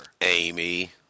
Amy